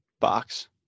box